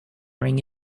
ring